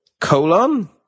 colon